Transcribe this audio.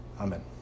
Amen